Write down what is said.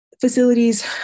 facilities